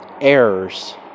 errors